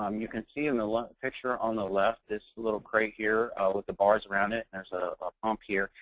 um you can see in the picture on the left, this little crate here with the bars around it? and that's a pump here.